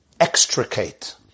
extricate